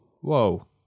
whoa